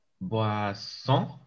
boisson